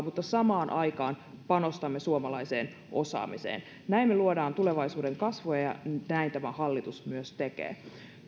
mutta samaan aikaan panostamme suomalaiseen osaamiseen näin me luomme tulevaisuuden kasvua ja näin tämä hallitus myös tekee